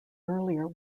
earlier